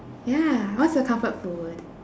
ya what's your comfort food